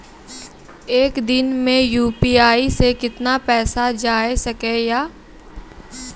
एक दिन मे यु.पी.आई से कितना पैसा जाय सके या?